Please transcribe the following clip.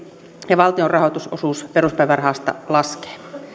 ja valtion rahoitusosuus peruspäivärahasta laskee